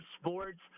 sports